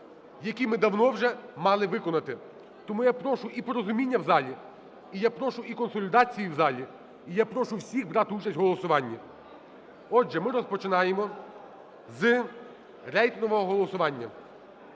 який ми давно вже мали виконати. Тому я прошу і порозуміння в залі, і я прошу і консолідації в залі, і я прошу всіх брати участь у голосуванні. Отже, ми розпочинаємо з рейтингового голосування.